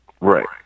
Right